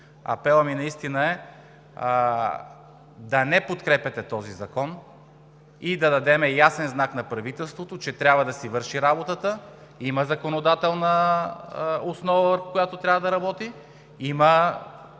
Апелът ми е да не подкрепяте този закон и да дадем ясен знак на правителството, че трябва да си върши работата. Има законодателна основа, върху която трябва да работи, има